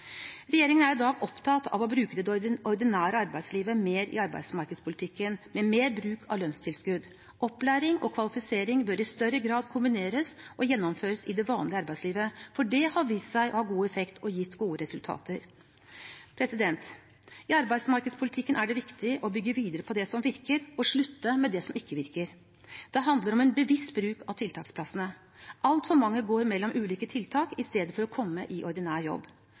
Regjeringen er i dag opptatt av å bruke det ordinære arbeidslivet mer i arbeidsmarkedspolitikken, med mer bruk av lønnstilskudd. Opplæring og kvalifisering bør i større grad kombineres og gjennomføres i det vanlige arbeidslivet, for det har vist seg å ha god effekt og har gitt gode resultater. I arbeidsmarkedspolitikken er det viktig å bygge videre på det som virker, og slutte med det som ikke virker. Det handler om en bevisst bruk av tiltaksplassene. Altfor mange går mellom ulike tiltak i stedet for å komme i ordinær jobb.